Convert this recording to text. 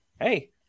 hey